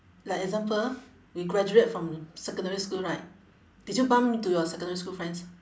like example we graduate from secondary school right did you bump into your secondary school friends